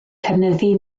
cynyddu